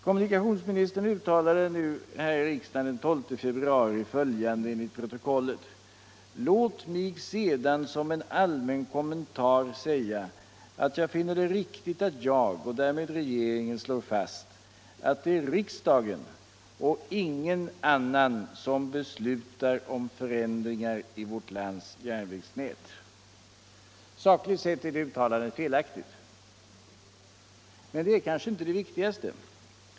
Kommunikationsministern uttalade här i riksdagen den 12 februari följande enligt protokollet: ”Låt mig sedan som en allmän kommentar säga att jag finner det viktigt att jag och därmed regeringen slår fast att det är riksdagen och ingen annan som beslutar om förändringar i vårt lands järnvägsnät.” Sakligt sett är det uttalandet felaktigt. Men det är kanske inte det mest väsentliga.